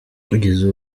kugeza